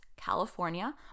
California